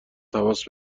تماس